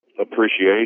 appreciation